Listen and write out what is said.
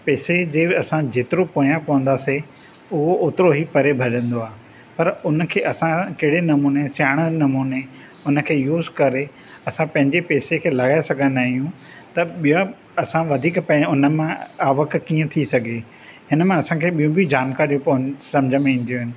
पैसे जे असां जेतिरो पोयां पवंदासीं उहो ओतिरो ई परे भॼंदो आहे पर उन खे असां कहिड़े नमूने सियाणे नमूने उन खे यूस करे असां पंहिंजे पैसे खे लॻाए सघंदा आहियूं त ॿिया असां वधीक पिया उन मां आवक कीअं थी सघे हिन मां असांखे ॿियूं बि जानकारियूं पौं सम्झ में ईंदियूं आहिनि